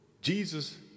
Jesus